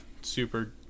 super